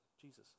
Jesus